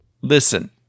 listen